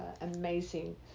amazing